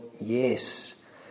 yes